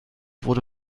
wurde